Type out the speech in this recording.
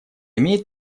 имеет